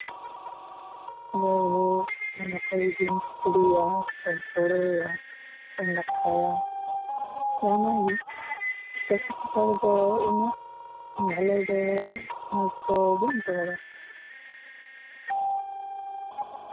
ᱡᱟᱭᱦᱳᱠ ᱱᱮᱛᱟᱨ ᱡᱩᱫᱤᱢ ᱠᱷᱤᱪᱲᱤᱭᱟ ᱥᱮᱢ ᱥᱚᱲᱮᱭᱟ ᱥᱮᱢ ᱫᱟᱠᱟᱭᱟ ᱚᱱᱟᱜᱮ ᱯᱨᱮᱥᱟᱨ ᱠᱩᱠᱟᱨ ᱨᱮᱫᱚ ᱤᱱᱟᱹᱜ ᱵᱷᱟᱹᱞᱤ ᱫᱚ ᱢᱚᱡᱽᱫᱚ ᱵᱟᱹᱧ ᱟᱹᱭᱠᱟᱹᱣ ᱵᱟᱲᱟᱭᱟ